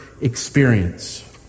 experience